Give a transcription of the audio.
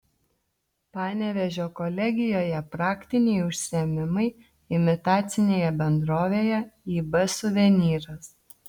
panevėžio kolegijoje praktiniai užsiėmimai imitacinėje bendrovėje ib suvenyras